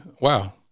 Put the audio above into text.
Wow